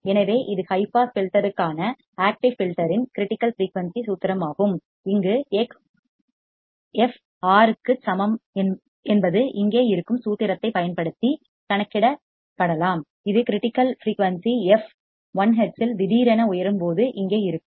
எனவே இது high pass filter க்கான ஆக்டிவ் ஃபில்டர்யின் கிரிட்டிக்கல் ஃபிரீயூன்சி சூத்திரமாகும் இங்கு x R க்கு சமம் என்பது இங்கே இருக்கும் சூத்திரத்தைப் பயன்படுத்தி கணக்கிடப்படலாம் இது critical frequency f l hz இல் திடீரென உயரும் போது இங்கே இருக்கும்